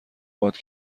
باد